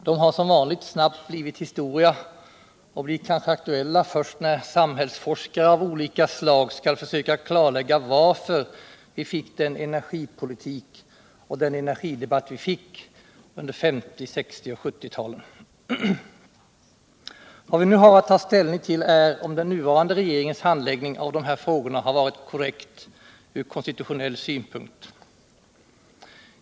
De har som vanligt snabbt blivit historia och blir kanske aktuella först när samhällsforskare av olika slag skall försöka klarlägga varför vi fick den energipolitik och den energidebatt vi fick under 1950-, 1960 och 1970 talen. Vad vi nu har att ta ställning till är om den nuvarande regeringens handläggning av de här frågorna har varit korrekt från konstitutionell synpunkt.